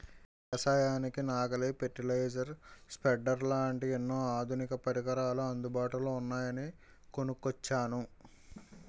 ఎగసాయానికి నాగలి, fertiliser, spreaders లాంటి ఎన్నో ఆధునిక పరికరాలు అందుబాటులో ఉన్నాయని కొనుక్కొచ్చాను